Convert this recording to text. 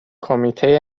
کمیته